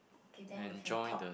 okay then you can talk